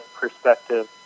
perspective